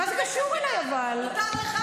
אבל זה לא קשור אליי, אוקיי?